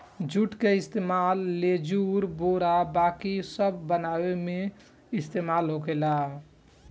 जुट के इस्तेमाल लेजुर, बोरा बाकी सब बनावे मे इस्तेमाल होखेला